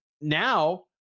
now